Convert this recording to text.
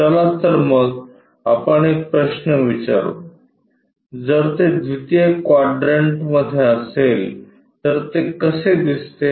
चला तर मग आपण एक प्रश्न विचारू जर ते द्वितीय क्वाड्रंटमध्ये असेल तर ते कसे दिसते